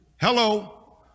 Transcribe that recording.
Hello